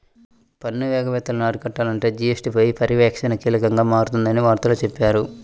పన్ను ఎగవేతలను అరికట్టాలంటే జీ.ఎస్.టీ పై పర్యవేక్షణ కీలకంగా మారనుందని వార్తల్లో చెప్పారు